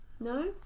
No